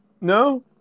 No